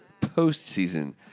postseason